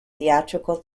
theatrical